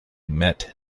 met